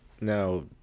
Now